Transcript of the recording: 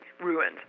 ruined